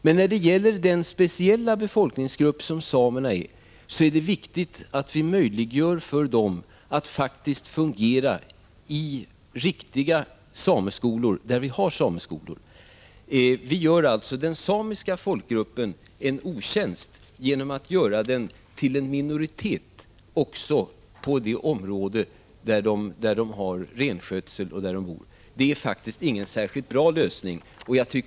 Men det är viktigt att vi för den speciella befolkningsgrupp som samerna utgör ser till att det finns möjligheter att faktiskt fungera i riktiga sameskolor, där vi har sådana. Vi gör alltså den samiska folkgruppen en otjänst genom att göra den till en minoritet också på det område där den har renskötsel och där den bor. Det är faktiskt ingen särskilt bra lösning.